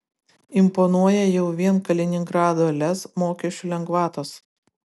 imponuoja jau vien kaliningrado lez mokesčių lengvatos